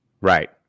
Right